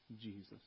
Jesus